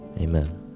amen